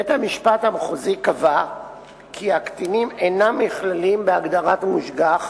בית-המשפט המחוזי קבע כי הקטינים אינם נכללים בהגדרת מושגח